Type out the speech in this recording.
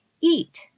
eat